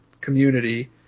community